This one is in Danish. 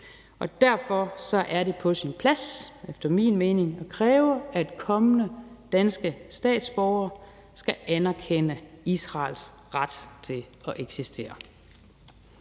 Derfor er det efter min mening på sin plads at kræve, at kommende danske statsborgere skal anerkende Israels ret til at eksistere.